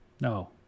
No